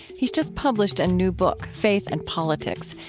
he's just published a new book, faith and politics.